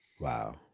Wow